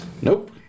Nope